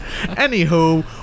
Anywho